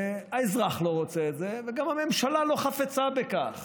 האזרח לא רוצה את זה וגם הממשלה לא חפצה בכך.